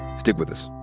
stick with us.